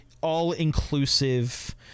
all-inclusive